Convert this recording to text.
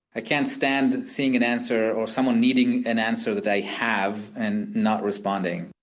i can't stand seeing an answer or someone needing an answer that i have and not responding.